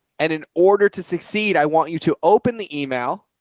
and in order to succeed, i want you to open the email,